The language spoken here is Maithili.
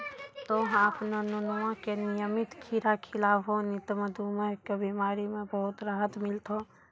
तोहॅ आपनो नुनुआ का नियमित खीरा खिलैभो नी त मधुमेह के बिमारी म बहुत राहत मिलथौं